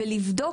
ולבדוק.